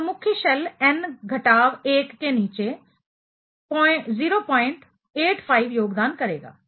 अब मुख्य shell n घटाव 1 के नीचे 085 योगदान करेगा